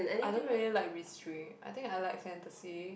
I don't really like mystery I think I like fantasy